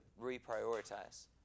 reprioritize